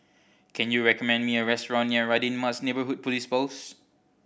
can you recommend me a restaurant near Radin Mas Neighbourhood Police Post